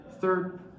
Third